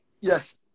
Yes